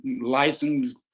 licensed